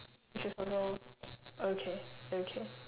which is also okay okay